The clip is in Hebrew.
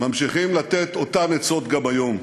ממשיכים לתת אותן עצות גם כיום: